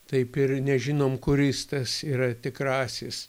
taip ir nežinom kuris tas yra tikrasis